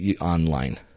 online